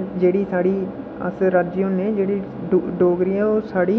जेह्ड़ी साढ़ी अस राज्य होने जेह्ड़ी डोगरी ऐ ओह् साढ़ी